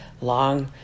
long